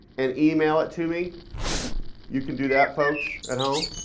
and email it to me you could do that, folks at home,